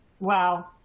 Wow